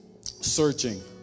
searching